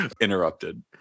interrupted